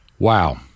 Wow